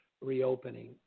reopening